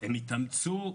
והם התאמצו,